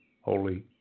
Holy